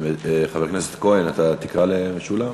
חבר הכנסת כהן, אתה תקרא למשולם?